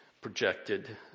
projected